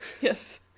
Yes